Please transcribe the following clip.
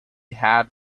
had